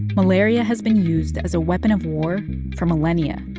malaria has been used as a weapon of war for millennia, and